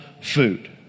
food